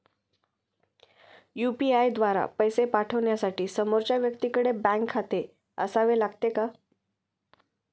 UPI द्वारा पैसे पाठवण्यासाठी समोरच्या व्यक्तीकडे बँक खाते असावे लागते का?